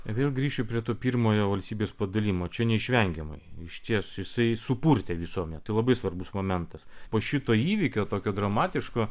vėl grįšiu prie to pirmojo valstybės padalijimo čia neišvengiamai išties jisai supurtė visuomenę tai labai svarbus momentas po šito įvykio tokio dramatiško